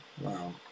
wow